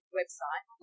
website